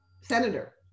Senator